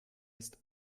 ist